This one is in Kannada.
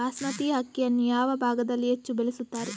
ಬಾಸ್ಮತಿ ಅಕ್ಕಿಯನ್ನು ಯಾವ ಭಾಗದಲ್ಲಿ ಹೆಚ್ಚು ಬೆಳೆಯುತ್ತಾರೆ?